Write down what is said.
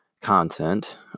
content